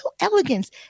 elegance